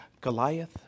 Goliath